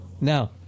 Now